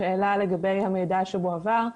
השאלה לגבי המידע שמועבר.